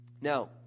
Now